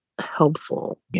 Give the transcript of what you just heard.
helpful